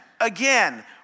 Again